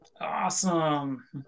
Awesome